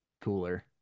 cooler